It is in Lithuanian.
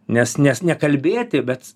nes nes nekalbėti bet